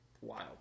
wild